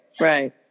Right